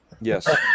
yes